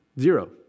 Zero